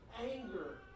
Anger